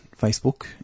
Facebook